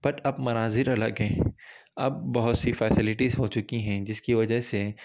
but اب مناظر الگ ہیں اب بہت سی فیسیلٹیز ہو چکی ہیں جس کی وجہ سے